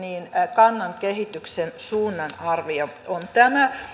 kannan kehityksen suunnan arvio on tämä